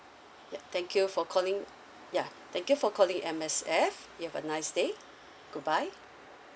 ya thank you for calling yeah thank you for calling M_S_F you have a nice day goodbye